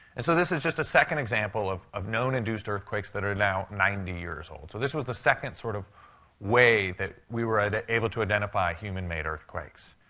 and so this is just a second example of of known induced earthquakes that are now ninety years old. so this was the second sort of way that we were ah able to identify human-made earthquakes.